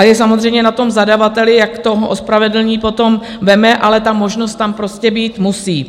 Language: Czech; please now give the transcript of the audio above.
Je samozřejmě na zadavateli, jak to ospravedlnění potom vezme, ale ta možnost tam prostě být musí.